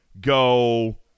Go